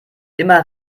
immer